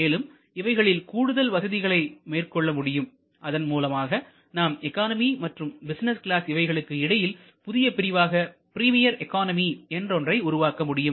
மேலும் இவைகளில் கூடுதல் வசதிகளையும் மேற்கொள்ள முடியும் அதன் மூலமாக நாம் எக்கானமி மற்றும் பிசினஸ் கிளாஸ் இவைகளுக்கு இடையில் புதிய பிரிவாக பிரீமியர் எக்கானமி என்ற ஒன்றை உருவாக்க முடியும்